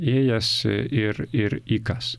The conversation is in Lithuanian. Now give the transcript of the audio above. ėjas ir ir ikas